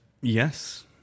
Yes